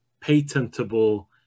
patentable